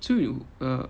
so you uh